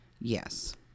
Yes